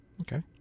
Okay